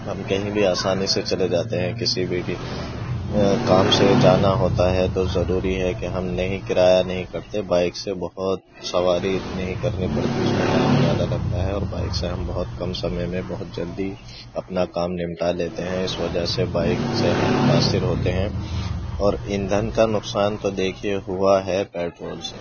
ہم کہیں بھی آسانی سے چلے جاتے ہیں کسی بھی کی کام سے جانا ہوتا ہے تو ضروری ہے کہ ہم نہیں کرایہ نہیں کرتے بائک سے بہت سواری اتنی ہی کرنی پڑتی اس میں ٹائم زیادہ لگتا ہے اور بائک سے ہم بہت کم سمے میں بہت جلدی اپنا کام نمٹا لیتے ہیں اس وجہ سے بائک سے ہم متأثر ہوتے ہیں اور ایندھن کا نقصان تو دیکھیے ہوا ہے پیٹرول سے